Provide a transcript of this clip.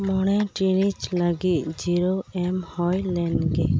ᱢᱚᱬᱮ ᱴᱤᱲᱤᱡ ᱞᱟᱹᱜᱤᱫ ᱡᱤᱨᱟᱹᱣ ᱮᱢ ᱦᱩᱭᱞᱮᱱᱜᱮ